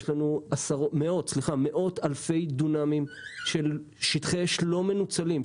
יש לנו מאות אלפי דונמים של שטחי אש לא מנוצלים,